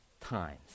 times